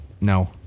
No